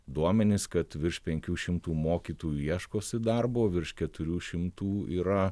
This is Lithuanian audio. duomenis kad virš penkių šimtų mokytojų ieškosi darbo virš keturių šimtų yra